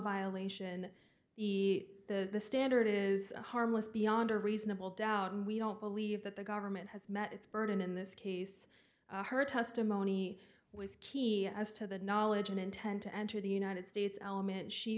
violation the the standard is harmless beyond a reasonable doubt and we don't believe that the government has met its burden in this case her testimony was key as to the knowledge and intent to enter the united states element